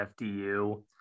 FDU